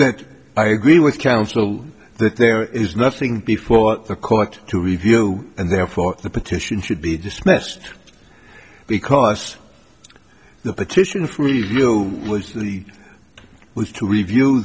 that i agree with counsel that there is nothing before the court to review and therefore the petition should be dismissed because the petition for review was the was to review